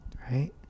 Right